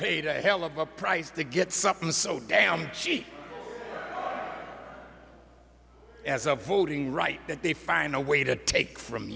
paid a hell of a price to get something so damn she has a voting right that they find a way to take from